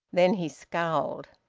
then he scowled.